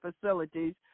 facilities